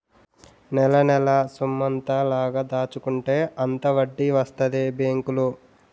నెలనెలా సొమ్మెంత లాగ దాచుకుంటే అంత వడ్డీ వస్తదే బేంకులో